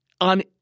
On